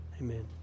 Amen